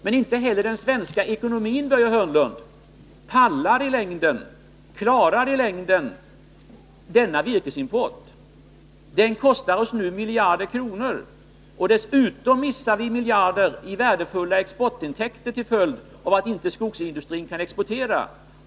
Men inte heller den svenska ekonomin, Börje Hörnlund, klarar i längden denna virkesimport. Den kostar oss nu miljarder kronor, och dessutom missar vi miljarder i värdefulla exportintäkter, därför att skogsindustrin inte får fram tillräckligt med virke.